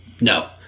No